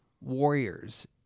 warriors